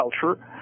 culture